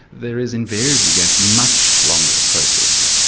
there is invariably going to be much longer processes.